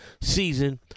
season